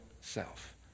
self